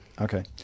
Okay